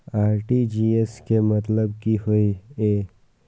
RTGS के मतलब की होय ये?